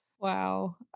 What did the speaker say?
Wow